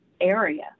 area